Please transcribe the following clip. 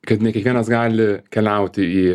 kad ne kiekvienas gali keliauti į